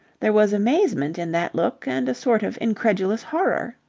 there was amazement in that look and a sort of incredulous horror.